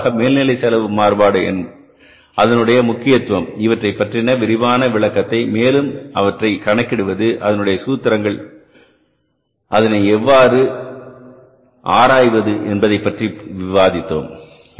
மூன்றாவதாக மேல்நிலை செலவு மாறுபாடு அதனுடைய முக்கியத்துவம் இவற்றை பற்றிய விரிவான விளக்கத்தை மேலும் அவற்றை கணக்கிடுவது அதனுடைய சூத்திரங்கள் அதை எவ்வாறு ஆராய்வது என்பதை பற்றி விவாதித்தோம்